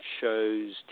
shows